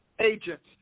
agents